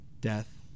death